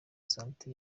sante